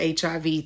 HIV